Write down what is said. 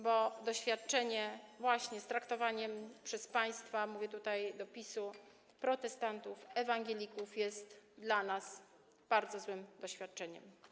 Bo doświadczenie właśnie związane z traktowaniem przez państwa - mówię tutaj do PiS-u - protestantów, ewangelików jest dla nas bardzo złym doświadczeniem.